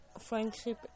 Friendship